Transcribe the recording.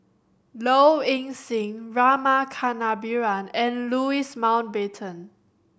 Low Ing Sing Rama Kannabiran and Louis Mountbatten